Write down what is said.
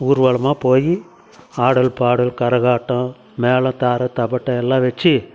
ஊர்வலமாக போய் ஆடல் பாடல் கரகாட்டம் மேளம் தார தப்பட்டை எல்லாம் வெச்சு